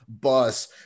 bus